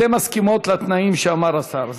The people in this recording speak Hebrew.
אתן מסכימות לתנאים שאמר השר.